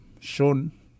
shown